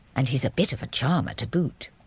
and he's a bit of a charmer to boot.